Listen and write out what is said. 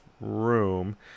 room